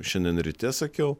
šiandien ryte sakiau